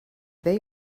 they